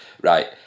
Right